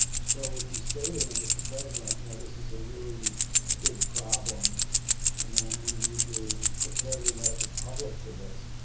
so if you say to him, mr. president, you know, this is a really big problem and we need to prepare the american public for this.